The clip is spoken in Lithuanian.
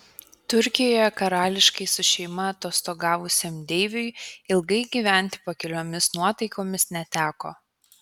turkijoje karališkai su šeima atostogavusiam deiviui ilgai gyventi pakiliomis nuotaikomis neteko